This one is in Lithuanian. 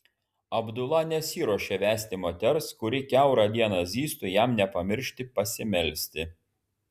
abdula nesiruošė vesti moters kuri kiaurą dieną zyztų jam nepamiršti pasimelsti